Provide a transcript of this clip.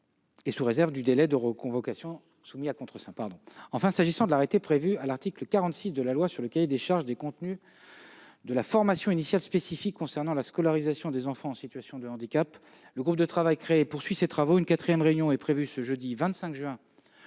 de vote unanime défavorable, soumis ensuite au contreseing. Enfin, pour ce qui est de l'arrêté prévu à l'article 46 de la loi relatif au cahier des charges des contenus de la formation initiale spécifique concernant la scolarisation des enfants en situation de handicap, le groupe de travail créé poursuit ses travaux. Une quatrième réunion est prévue ce jeudi 25 juin